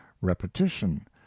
repetition